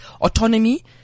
autonomy